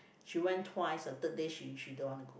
she went twice the third day she she don't want to go